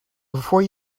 before